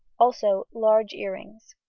also large ear-rings.